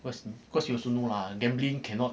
was cause you also know lah gambling cannot